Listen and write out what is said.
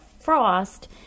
frost